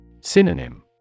Synonym